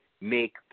make